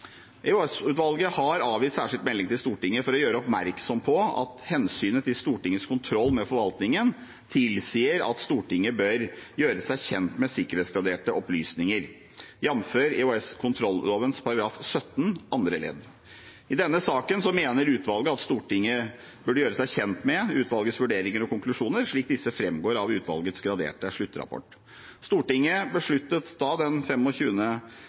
har avgitt særskilt melding til Stortinget for å gjøre oppmerksom på at hensynet til Stortingets kontroll med forvaltningen tilsier at Stortinget bør gjøre seg kjent med sikkerhetsgraderte opplysninger, jf. EOS-kontrolloven § 17 andre ledd. I denne saken mener utvalget at Stortinget bør gjøre seg kjent med utvalgets vurderinger og konklusjoner, slik disse framgår av utvalgets graderte sluttrapport. Stortinget besluttet den